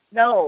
no